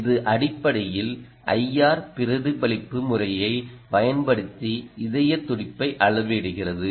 இது அடிப்படையில் ஐஆர் பிரதிபலிப்பு முறையைப் பயன்படுத்தி இதயத் துடிப்பை அளவிடுகிறது